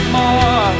more